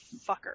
Fucker